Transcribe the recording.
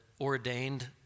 ordained